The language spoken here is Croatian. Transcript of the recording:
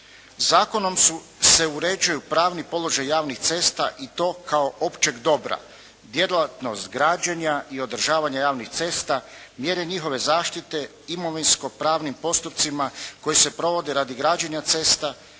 Zakonom su, se uređuju pravni položaj javnih cesta i to kao općeg dobra, djelatnost građenja i održavanja javnih cesta, mjere njihove zaštite, imovinsko-pravnim postupcima koji se provode radi građenja cesta,